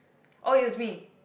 oh is me